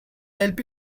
help